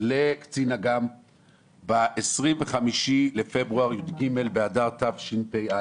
לקצין אג"מ ב-25 בפברואר, י"ג באדר התשפ"א,